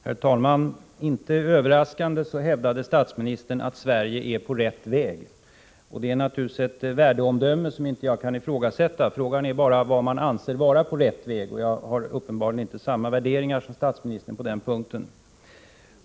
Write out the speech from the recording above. Herr talman! Inte överraskande hävdade statsministern att Sverige är på rätt väg. Det är naturligtvis ett värdeomdöme som jag inte kan ifrågasätta. Frågan är bara vad man anser vara rätt väg. Jag har uppenbarligen inte samma värdering som statsministern på den punkten.